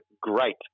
great